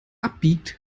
abbiegt